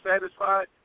satisfied